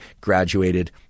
graduated